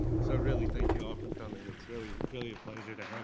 so really, thank you all for coming. it's really really a pleasure to